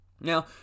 Now